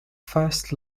first